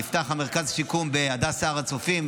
נפתח מרכז שיקום בהדסה הר הצופים,